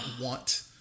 want